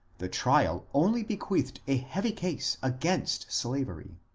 the trial only bequeathed a heavy case against slavery.